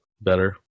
better